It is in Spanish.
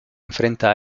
enfrenta